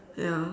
ya